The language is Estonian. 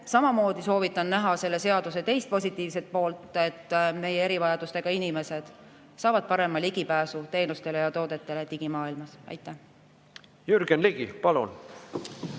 Samamoodi soovitan näha selle seaduse teist positiivset poolt, et meie erivajadustega inimesed saavad parema ligipääsu teenustele ja toodetele digimaailmas. Aitäh arvamuse